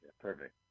Perfect